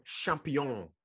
champion